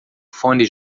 fones